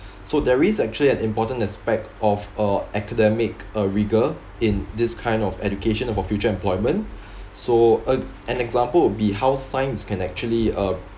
so there is actually an important aspect of uh academic uh rigor in this kind of education for future employment so a an example would be how science can actually uh